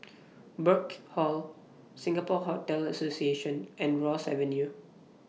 Burkill Hall Singapore Hotel Association and Ross Avenue